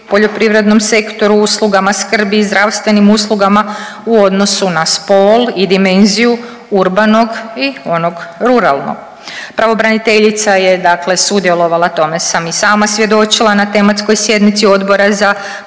poljoprivrednom sektoru, usluga skrbi i zdravstvenim uslugama u odnosu na spol i dimenziju urbanog i onog ruralnog. Pravobraniteljica je dakle sudjelovala tome sam i sama svjedočila na tematskoj sjednici Odbora za poljoprivredu